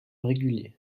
régulier